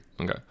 Okay